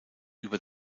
über